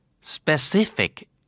specific